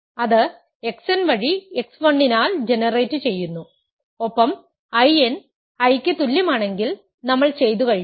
അത് xn വഴി x1 നാൽ ജനറേറ്റുചെയ്യുന്നു ഒപ്പം In I ക്ക് തുല്യമാണെങ്കിൽ നമ്മൾ ചെയ്തു കഴിഞ്ഞു